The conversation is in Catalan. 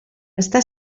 està